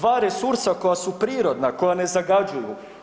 2 resursa koja su prirodna, koja ne zagađuju.